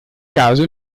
caso